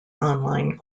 online